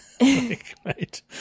right